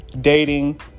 dating